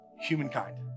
humankind